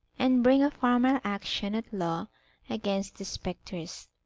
and bring a formal action at law against the spectres,